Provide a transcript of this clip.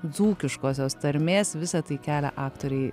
dzūkiškosios tarmės visa tai kelia aktorei